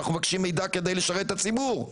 אנחנו מבקשים מידע כדי לשרת את הציבור.